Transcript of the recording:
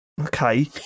okay